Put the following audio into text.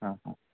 हां हां